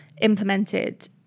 implemented